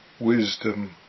wisdom